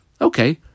Okay